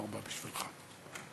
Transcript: ארבע בשבילך.